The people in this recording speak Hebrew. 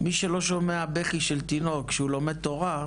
מי שלא שומע בכי של תינוק כשהוא לומד תורה,